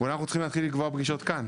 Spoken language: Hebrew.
אולי אנחנו צריכים להתחיל לקבוע פגישות כאן,